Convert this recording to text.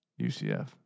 UCF